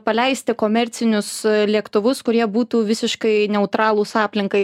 paleisti komercinius lėktuvus kurie būtų visiškai neutralūs aplinkai